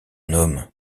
homme